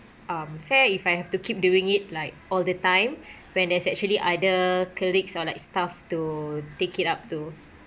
um fair if I have to keep doing it like all the time when there's actually other colleagues or like staffs to take it up too